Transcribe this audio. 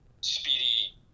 speedy